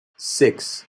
six